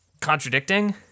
contradicting